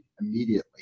immediately